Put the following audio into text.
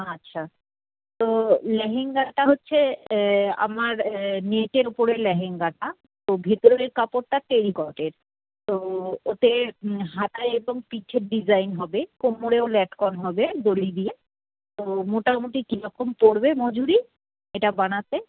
আচ্ছা তো লেহেঙ্গাটা হচ্ছে আমার নেটের উপরে লেহেঙ্গাটা তো ভেতরের কাপড়টা টেরিকটের তো ওতে হাতায় একদম পিঠে ডিজাইন হবে কোমরেও লটকন হবে দড়ি দিয়ে তো মোটামুটি কীরকম পড়বে মজুরি এটা বানাতে